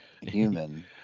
Human